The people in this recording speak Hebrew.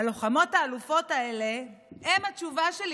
הלוחמות האלופות האלה הן התשובה שלי,